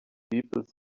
people